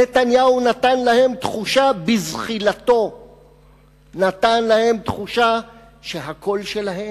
נתניהו נתן להם בזחילתו תחושה שהכול שלהם,